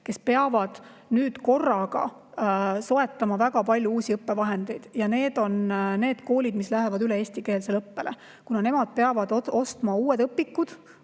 kes peavad nüüd korraga soetama väga palju uusi õppevahendeid. Need on need koolid, mis lähevad üle eestikeelsele õppele. Nemad peavad ostma uued õpikud,